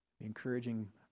Encouraging